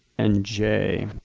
and j.